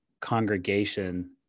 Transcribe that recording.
congregation